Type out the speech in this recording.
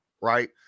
right